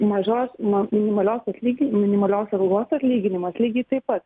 mažos nuo minimalios atlygi minimalios algos atlyginimas lygiai taip pat